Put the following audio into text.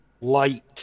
light